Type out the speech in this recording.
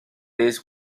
least